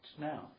Now